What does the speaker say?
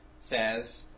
says